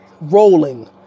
rolling